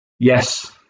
yes